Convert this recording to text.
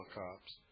cops